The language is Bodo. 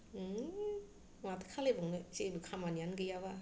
माथो खालायबावनो जेबो खामानियानो गैयाबा